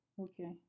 Okay